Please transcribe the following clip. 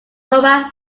cobra